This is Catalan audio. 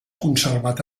conservat